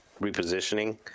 repositioning